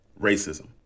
Racism